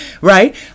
right